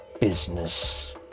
business